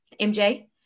mj